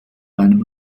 einem